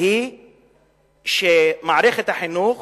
הוא שמערכת החינוך